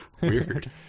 Weird